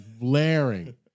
blaring